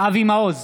אבי מעוז,